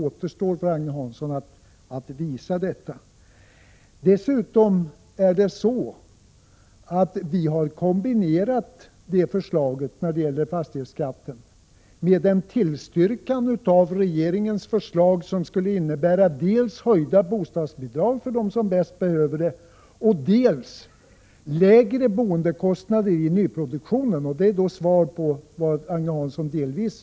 Dessutom har vi kombinerat vårt förslag när det gäller fastighetsskatten med en tillstyrkan av regeringens förslag som skulle innebära dels höjda bostadsbidrag för dem som bäst behöver detta, dels lägre boendekostnader i nyproduktionen. Det är ett svar till Agne Hansson i detta avseende.